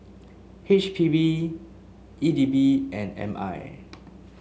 H P B E D B and M I